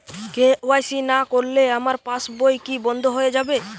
KYC না করলে আমার পাশ বই কি বন্ধ হয়ে যাবে?